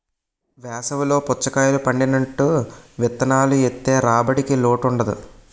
వేసవి లో పుచ్చకాయలు పండినట్టు విత్తనాలు ఏత్తె రాబడికి లోటుండదు